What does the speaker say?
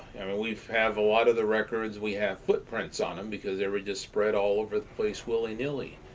we've have a lot of the records, we have footprints on them because they were just spread all over the place willy-nilly.